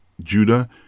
Judah